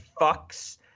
fucks